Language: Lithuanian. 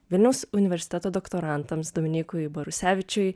vilniaus universiteto doktorantams dominykui borusevičiui